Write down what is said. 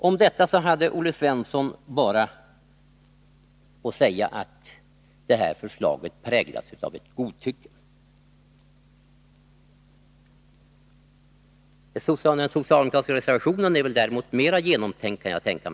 Om detta sade Olle Svensson bara att förslaget präglas av godtycke. Socialdemokraternas reservation skulle väl däremot vara mer genomtänkt, kan jag förmoda.